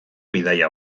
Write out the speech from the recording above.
bidaia